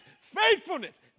faithfulness